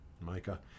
Micah